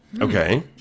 okay